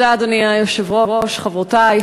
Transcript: אדוני היושב-ראש, תודה, חברותי,